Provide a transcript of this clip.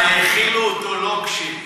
אבל האכילו אותו לוקשים,